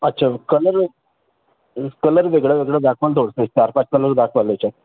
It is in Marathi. अच्छा कलर कलर वेगळ्या वेगळ्या दाखवाल थोडसं चार पाच कलर दाखवाल याच्यात